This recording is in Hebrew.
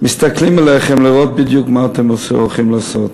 מסתכלים עליכם לראות בדיוק מה אתם הולכים לעשות.